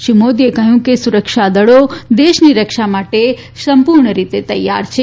શ્રી મોદીએ કહ્યું કે સુરક્ષા દળો દેશની રક્ષા માટે સંપૂર્ણપણે તૈયાર છે